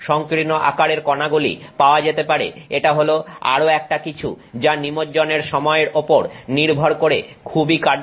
সংকীর্ণ আকারের কণাগুলি পাওয়া যেতে পারে এটা হল আরো একটা কিছু যা নিমজ্জনের সময়ের ওপর নির্ভর করে খুবই কার্যকরী